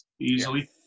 easily